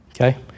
okay